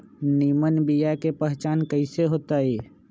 निमन बीया के पहचान कईसे होतई?